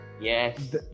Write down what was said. Yes